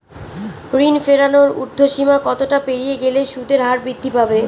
ঋণ ফেরানোর উর্ধ্বসীমা কতটা পেরিয়ে গেলে সুদের হার বৃদ্ধি পাবে?